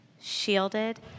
shielded